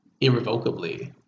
irrevocably